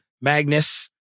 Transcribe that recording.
Magnus